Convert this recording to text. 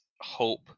hope